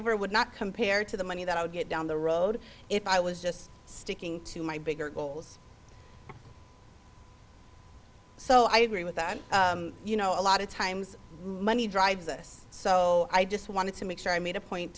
over would not compare to the money that i would get down the road if i was just sticking to my bigger goals so i agree with that and you know a lot of times money drives us so i just wanted to make sure i made a point